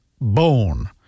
bone